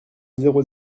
zéro